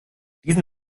diesen